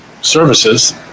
Services